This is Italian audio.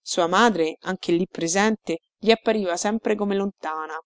sua madre anche lì presente gli appariva sempre come lontana